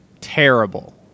terrible